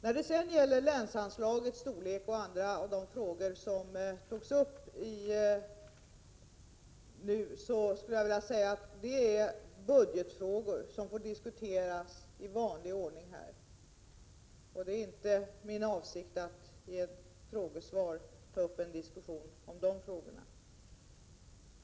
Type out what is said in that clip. När det sedan gäller länsanslagets storlek och andra frågor som Barbro Sandberg tog upp vill jag säga att detta är budgetfrågor som får diskuteras här i vanlig ordning. Det är inte min avsikt att i en frågedebatt ta upp en diskussion om dessa frågor.